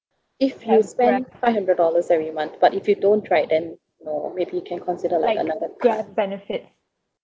if you spend five hundred dollars every month but if you don't try then no maybe you can consider like another card